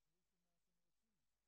מה שהיה מונע את הצורך בכל מנגנון הפיצויים,